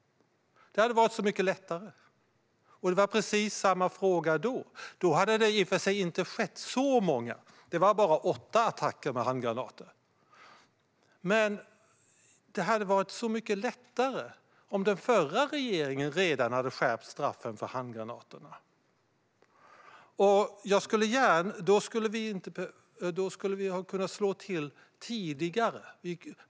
Det hade varit så mycket lättare. Det var precis samma fråga då. Det hade i och för sig inte skett så många attacker. Det var bara åtta attacker med handgranater. Det hade varit så mycket lättare om den förra regeringen redan hade skärpt straffen för handgranaterna. Då skulle vi ha kunnat slå till tidigare.